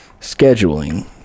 scheduling